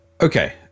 Okay